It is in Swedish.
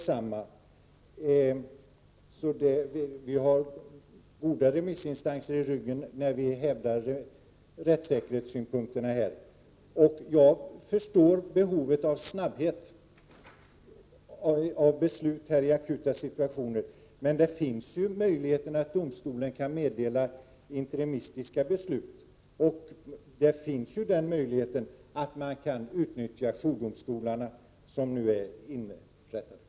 Så vi har goda remissinstanser i ryggen när vi hävdar rättssäkerhetssynpunkterna. Jag förstår behovet av att kunna besluta snabbt i akuta situationer, men domstolen kan ju meddela interimistiska beslut. Vidare finns möjligheten att utnyttja de jourdomstolar som har inrättats.